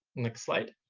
next slide.